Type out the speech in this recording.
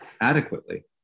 adequately